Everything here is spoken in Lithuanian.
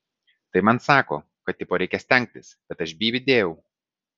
tai man sako kad tipo reikia stengtis bet aš bybį dėjau